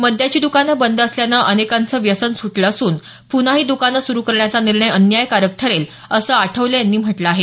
मद्याची द्रकानं बंद असल्यानं अनेकांचं व्यसन सुटलं असून पुन्हा ही दुकानं सुरु करण्याचा निर्णय अन्यायकारक ठरेल असं आठवले यांनी म्हटलं आहे